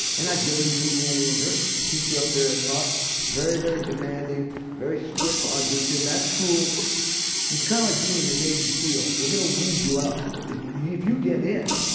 and i get into indiana university. the teacher up there that taught very, very demanding, very strict audition. that school is kind of like being in the navy seals. they're going to weed you out. if you if you get in,